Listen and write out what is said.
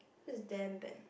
so is damn bad